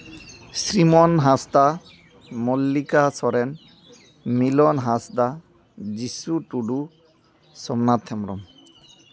Sriman Hansda Mallika Soren Milon Hansda Jisu Tudu Somnath Hembrom